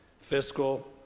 fiscal